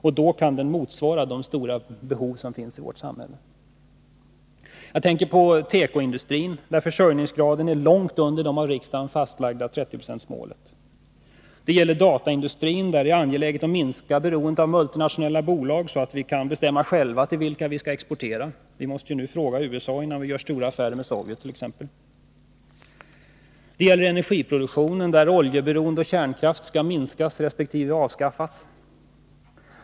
Då kan den motsvara de stora behov som finns i vårt samhälle. Jag tänker på tekoindustrin, där försörjningsgraden är långt under det av riksdagen fastlagda 30-procentsmålet. Det gäller dataindustrin, där det är angeläget att minska beroendet av multinationella bolag, så att vi kan bestämma själva till vilka vi skall exportera. Vi måste ju nu t.ex. fråga USA innan vi göra stora affärer med Sovjet. Det gäller energiproduktionen, där oljeberoende och kärnkraft skall minskas resp. avskaffas.